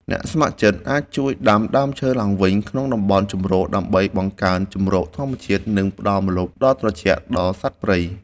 អ្នកស្ម័គ្រចិត្តអាចជួយដាំដើមឈើឡើងវិញក្នុងតំបន់ជម្រក ដើម្បីបង្កើនជម្រកធម្មជាតិ និងផ្ដល់ម្លប់ដ៏ត្រជាក់ដល់សត្វព្រៃ។